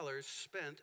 spent